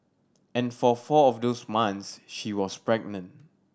and for four of those months she was pregnant